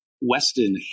Weston